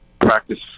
practice